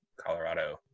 Colorado